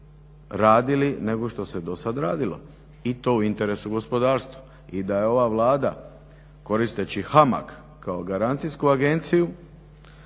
radili nego što se dosad radilo. I to u interesu gospodarstva. I da je ova Vlada koristeći HAMAG kao garancijsku agenciju